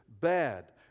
bad